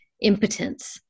impotence